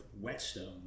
Whetstone